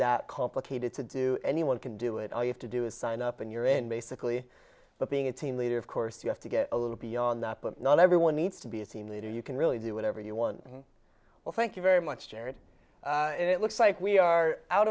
that complicated to do anyone can do it all you have to do is sign up and you're in basically but being a team leader of course you have to get a little beyond that but not everyone needs to be a team leader you can really do whatever you want well thank you very much jared it looks like we are out